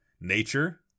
nature